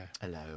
Hello